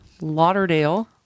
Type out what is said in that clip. Lauderdale